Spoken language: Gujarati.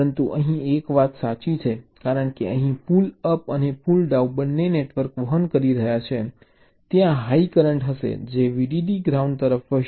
પરંતુ અહીં એક વાત સાચી છે કારણ કે અહીં પુલ અપ અને પુલ ડાઉન બંને નેટવર્ક વહન કરી રહ્યા છે ત્યાં હાઈ કરંટ હશે જે VDD થી ગ્રાઉન્ડ તરફ વહેશે